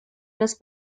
las